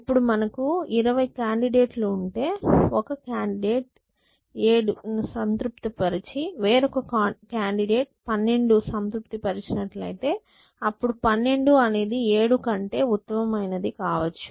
ఇప్పుడు మనకు 20 కాండిడేట్ లు ఉంటే ఒక కాండిడేట్ 7 సంతృప్తి పరిచి వేరొక కాండిడేట్ 12 సంతృప్తి పరిచినట్లైతే అప్పుడు 12 అనేది 7 కంటే ఉత్తమమైనది కావచ్చు